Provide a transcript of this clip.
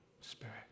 Spirit